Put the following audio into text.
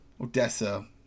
Odessa